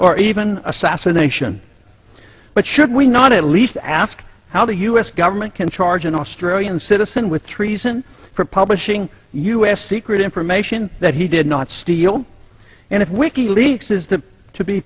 or even assassination but should we not at least ask how the u s government can charge an australian citizen with treason for publishing u s secret information that he did not steal and if